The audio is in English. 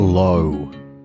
Low